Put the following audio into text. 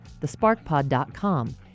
thesparkpod.com